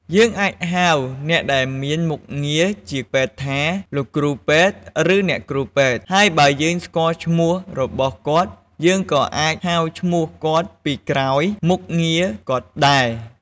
យើងអាចហៅអ្នកដែលមានមុខងារជាពេទ្យថា លោកគ្រូពេទ្យ ឬអ្នកគ្រូពេទ្យ ហើយបើយើងស្គាល់ឈ្មោះរបស់គាត់យើងក៏អាចហៅឈ្មោះគាត់ពីក្រោយមុខងារគាត់ដែរ។